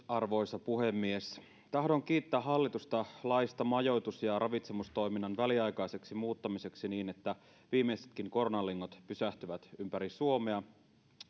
arvoisa puhemies tahdon kiittää hallitusta laista majoitus ja ravitsemustoiminnan väliaikaiseksi muuttamiseksi niin että viimeisetkin koronalingot pysähtyvät ympäri suomea